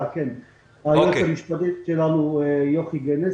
היועצת המשפטית שלנו יוכי גנסין,